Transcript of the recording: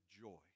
joy